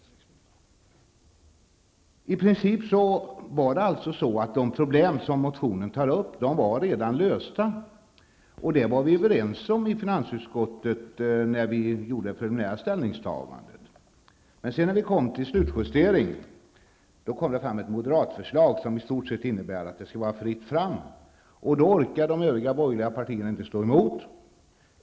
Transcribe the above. I princip var alltså de problem som motionen tar upp redan lösta när motionen väcktes. Det var vi också överens om i finansutskottet när vi gjorde vårt preliminära ställningstagande. Men vid slutjusteringen lade moderaterna fram ett förslag som i stort sett innebär att det skall vara fritt fram. Då orkade de övriga borgerliga partierna inte stå emot.